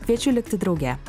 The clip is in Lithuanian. kviečiu likti drauge